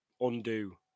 undo